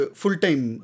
full-time